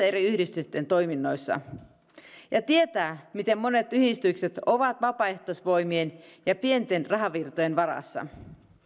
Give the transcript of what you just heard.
eri yhdistysten toiminnoissa ja tietää miten monet yhdistykset ovat vapaaehtoisvoimien ja pienten rahavirtojen varassa